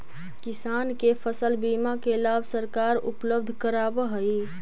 किसान के फसल बीमा के लाभ सरकार उपलब्ध करावऽ हइ